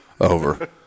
Over